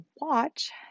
watch